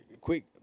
quick